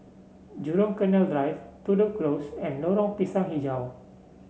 Jurong Canal Drive Tudor Close and Lorong Pisang hijau